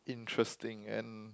interesting and